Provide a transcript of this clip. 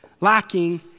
Lacking